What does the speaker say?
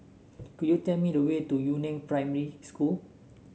could you tell me the way to Yu Neng Primary School